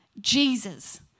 Jesus